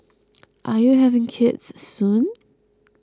are you having kids soon